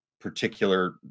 particular